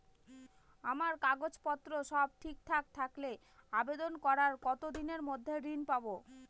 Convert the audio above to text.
আমার কাগজ পত্র সব ঠিকঠাক থাকলে আবেদন করার কতদিনের মধ্যে ঋণ পাব?